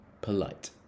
polite